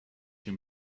him